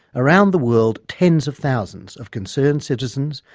around the world tens of thousands of concerned citizens,